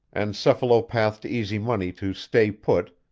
encephalopathed easy money to stay put,